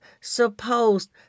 supposed